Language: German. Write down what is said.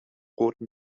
roten